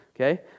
okay